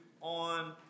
on